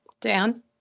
Dan